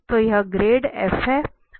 तो यह grade f है